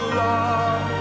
love